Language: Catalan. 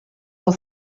del